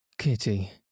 Kitty